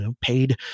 paid